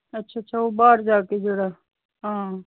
ਅੱਛਾ ਅੱਛਾ ਉਹ ਬਾਹਰ ਜਾ ਕੇ ਜਿਹੜਾ ਹਾਂ